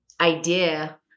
idea